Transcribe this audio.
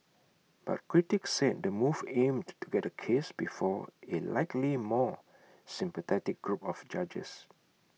but critics said the move aimed to get the case before A likely more sympathetic group of judges